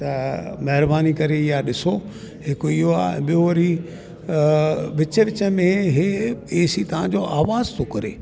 त महिरबानी करे इहा ॾिसो हिकु इहो आहे ॿियों वरी विच विच में इहो एसी तव्हांजो अवाज़ थो करे